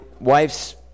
wife's